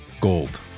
gold